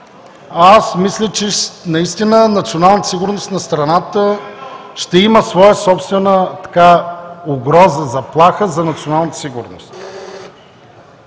аз мисля, че наистина националната сигурност на страната ще има своя собствена угроза – заплаха за националната сигурност.